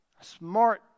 Smart